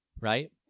right